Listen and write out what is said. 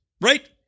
right